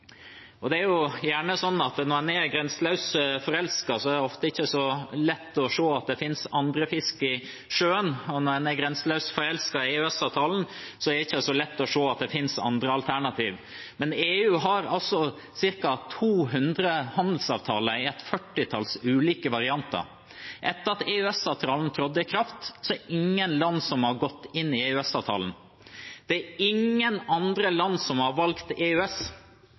Det er gjerne sånn at når en er grenseløst forelsket, er det ofte ikke så lett å se at det finnes andre fisker i sjøen, og når en er grenseløst forelsket i EØS-avtalen, er det ikke så lett å se at det finnes andre alternativer. Men EU har altså ca. 200 handelsavtaler i et førtitalls ulike varianter. Etter at EØS-avtalen trådte i kraft, er det ingen land som har gått inn i EØS-avtalen. Det er ingen andre land som har valgt EØS.